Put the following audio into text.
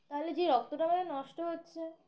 তাহলে যে রক্ত টা মানে নষ্ট হচ্ছে